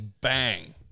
bang